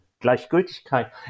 Gleichgültigkeit